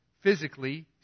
physically